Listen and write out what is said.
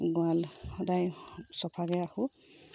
গঁৰাল সদায় চফাকৈ ৰাখোঁ